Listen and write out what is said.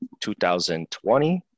2020